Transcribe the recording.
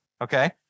Okay